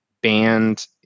banned